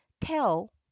tell